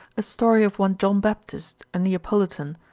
a story of one john baptist a neapolitan,